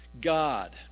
God